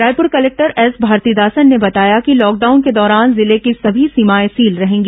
Raipur collector S Bharathidasan ने बताया कि लॉकडाउन के दौरान जिले की सभी सीमाए सील रहेंगी